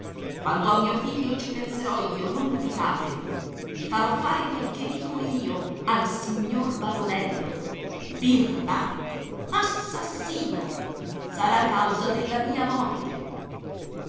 quanto a mio figlio ci penserò io non dubitate gli farò fare quel che dico io al signor baronello birbante assassino sarà causa della mia morte